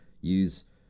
use